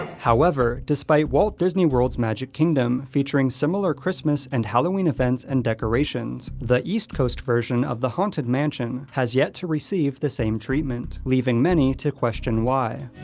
however, despite walt disney world's magic kingdom featuring similar christmas and halloween events and decorations, the east coast version of the haunted mansion has yet to receive the same treatment, leaving many to question why.